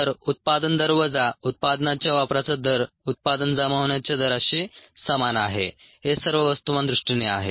तर उत्पादन दर वजा उत्पादनाच्या वापराचा दर उत्पादन जमा होण्याच्या दराशी समान आहे हे सर्व वस्तुमान दृष्टीने आहे